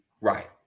Right